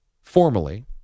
formally